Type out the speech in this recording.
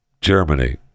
Germany